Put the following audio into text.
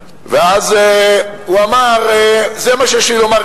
ואז הוא אמר: זה מה שיש לי לומר.